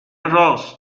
رآس